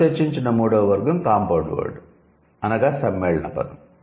మనం చర్చించిన మూడవ వర్గం 'కాంపౌండ్ వర్డ్' అనగా సమ్మేళన పదం